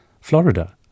Florida